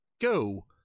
Go